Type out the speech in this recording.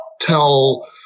tell